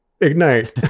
ignite